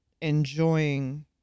enjoying